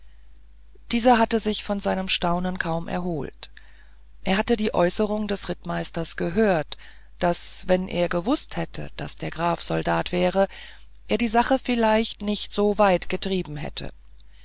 dieser hatte sich von seinem staunen kaum erholt er hatte die äußerung des rittmeisters gehört daß wenn er gewußt hätte daß der graf soldat wäre er die sache vielleicht nicht so weit getrieben hätte